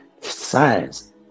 science